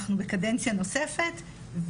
אנחנו בקדנציה נוספת,